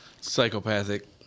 Psychopathic